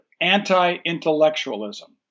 anti-intellectualism